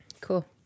Cool